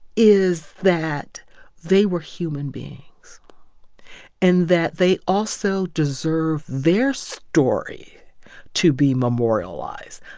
is that they were human beings and that they also deserve their story to be memorialized,